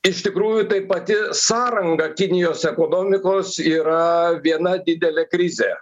iš tikrųjų tai pati sąranga kinijos ekonomikos yra viena didelė krizė